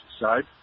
side